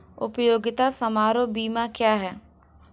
उपयोगिता समारोह बीमा क्या है?